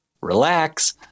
relax